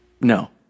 No